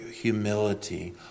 humility